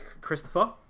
Christopher